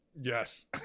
Yes